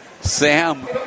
Sam